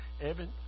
Evan